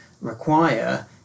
require